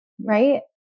right